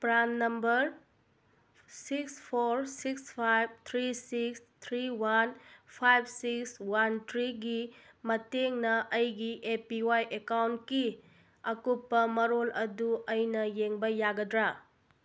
PRAN number six four six five three six three one five six one ꯊ꯭ꯔꯤꯒꯤ ꯃꯇꯦꯡꯅ ꯑꯩꯒꯤ A P Y ꯑꯦꯀꯥꯎꯟꯠꯒꯤ ꯑꯀꯨꯞꯄ ꯃꯔꯣꯜ ꯑꯗꯨ ꯑꯩꯅ ꯌꯦꯡꯕ ꯌꯥꯒꯗ꯭ꯔ